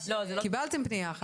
קיבלתם פנייה אחת?